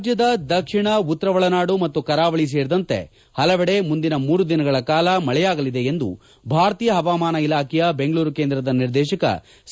ರಾಜ್ಯದ ದಕ್ಷಿಣ ಉತ್ತರ ಒಳನಾಡು ಮತ್ತು ಕರಾವಳಿ ಸೇರಿದಂತೆ ಹಲವಡೆ ಮುಂದಿನ ಮೂರು ದಿನಗಳ ಕಾಲ ಮಳೆಯಾಗಲಿದೆ ಎಂದು ಭಾರತೀಯ ಹವಾಮಾನ ಇಲಾಖೆಯ ಬೆಂಗಳೂರು ಕೇಂದ್ರದ ನಿರ್ದೇಶಕ ಸಿ